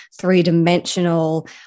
three-dimensional